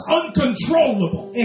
uncontrollable